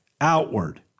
outward